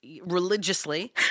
religiously